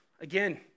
again